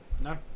No